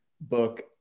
book